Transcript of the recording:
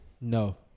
No